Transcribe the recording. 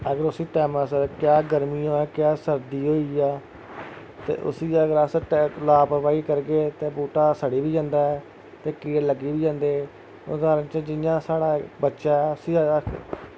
अगर उस्सी टैमां सिर क्या गरमी होए क्या सरदी होई जा ते उस्सी अगर अस लापरवाही करगे ते बूह्टा सड़ी बी जंदा ऐ ते कीड़े लग्गी बी जंदे उदाह्रण च जि'यां साढ़ा बच्चा ऐ उस्सी अस